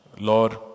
Lord